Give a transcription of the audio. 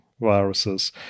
viruses